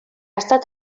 estat